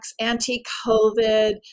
anti-COVID